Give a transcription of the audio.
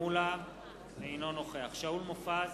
אינו נוכח שאול מופז,